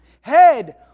Head